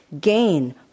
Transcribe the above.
gain